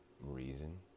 reason